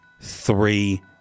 Three